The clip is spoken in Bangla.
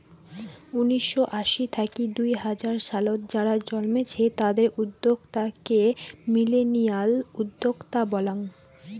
উনিসশো আশি থাকি দুই হাজার সালত যারা জন্মেছে তাদের উদ্যোক্তা কে মিলেনিয়াল উদ্যোক্তা বলাঙ্গ